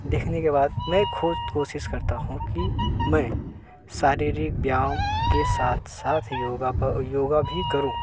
देखने के बाद मैं खुद कोशिस करता हूँ कि मैं शारीरिक व्यायाम के साथ साथ योग प योग भी करूँ